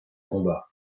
combat